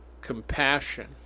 compassion